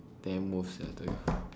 damn worth sia I tell you